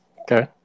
Okay